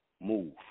move